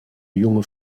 junge